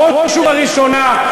בראש ובראשונה,